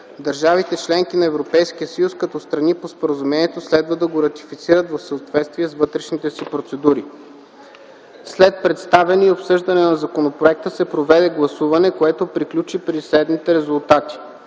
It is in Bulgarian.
Държавите-членки на Европейския съюз като страни по споразумението следва да го ратифицират в съответствие с вътрешните си процедури. След представяне и обсъждане на законопроекта се проведе гласуване, което приключи при следните резултати: